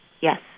Yes